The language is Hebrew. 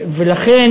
ולכן